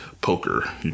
poker